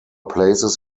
places